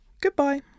Goodbye